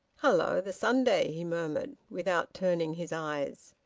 hello! the sunday! he murmured, without turning his eyes.